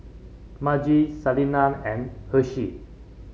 Margie Salina and Hershel